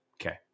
Okay